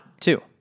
two